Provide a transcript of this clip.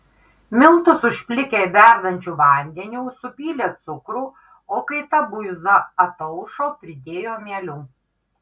miltus užplikė verdančiu vandeniu supylė cukrų o kai ta buiza ataušo pridėjo mielių